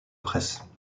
presse